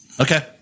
Okay